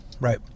right